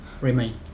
remain